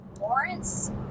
Lawrence